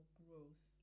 growth